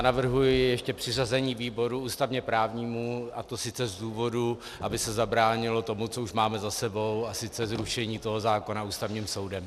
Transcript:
Navrhuji přiřazení výboru ústavněprávnímu, a to z důvodu, aby se zabránilo tomu, co už máme za sebou, a sice zrušení toho zákona Ústavním soudem.